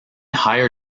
higher